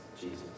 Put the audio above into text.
Jesus